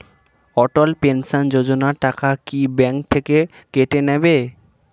অটল pension যোজনা টাকা কি ব্যাংক থেকে কেটে নেবে?